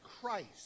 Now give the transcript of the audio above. Christ